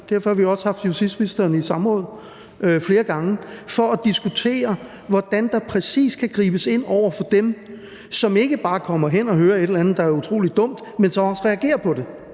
derfor har vi også har haft justitsministeren i samråd flere gange for at diskutere, hvordan der præcist kan gribes ind over for dem, som ikke bare kommer hen og hører et eller andet, der er utrolig dumt, men som også reagerer på det.